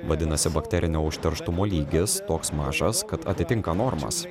vadinasi bakterinio užterštumo lygis toks mažas kad atitinka normas